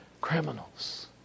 criminals